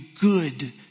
good